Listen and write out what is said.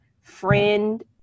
friend